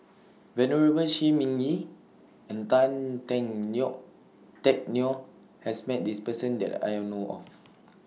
Venerable Shi Ming Yi and Tan Teck Neo Teck Neo has Met This Person that I know of